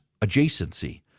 adjacency